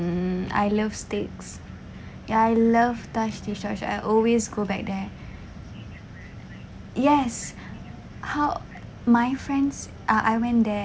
I love steaks ya I love tash tish tosh I always go back there yes how my friends uh I went there